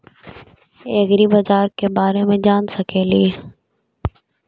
ऐग्रिबाजार के बारे मे जान सकेली?